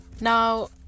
Now